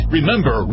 Remember